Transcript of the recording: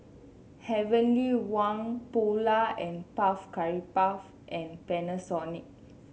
Heavenly Wang Polar And Puff Cakes and Panasonic